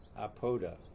apoda